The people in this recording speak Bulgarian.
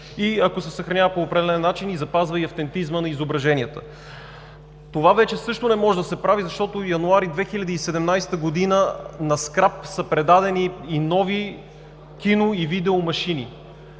и ако се съхранява по определен начин, запазва и автентизма на изображенията. Това вече също не може да се прави, защото януари 2017 г. на скрап са предадени и нови кино и видео машини.